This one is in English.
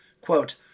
Quote